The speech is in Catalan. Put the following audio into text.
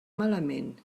malament